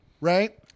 right